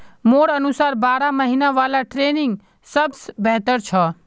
मोर अनुसार बारह महिना वाला ट्रेनिंग सबस बेहतर छ